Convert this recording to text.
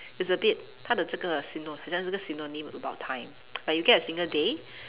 it's a bit 他的这个 syno~ 很像这个 synonym about time like you get a single day